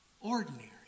ordinary